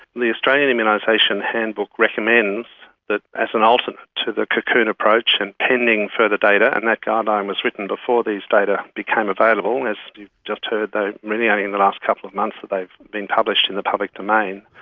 the australian immunisation handbook recommends that as an alternate to the cocoon approach and pending further data, and that guideline was written before these data became available and, as you've just heard, it's really only in the last couple of months that they've been published in the public domain,